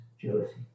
jealousy